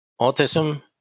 autism